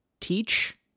teach